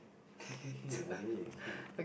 K K K I get it okay